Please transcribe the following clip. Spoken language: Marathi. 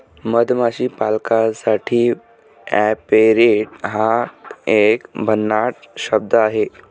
मधमाशी पालकासाठी ऍपेरिट हा एक भन्नाट शब्द आहे